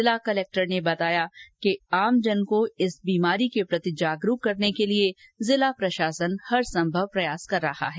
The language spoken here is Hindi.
जिला कलेक्टर ने बताया कि आमजन को इस बीमारी के प्रति जागरूकक करने के लिए जिला प्रशासन हर संभव प्रयास कर रहा है